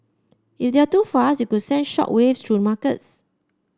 if they're too fast it could send shock waves through markets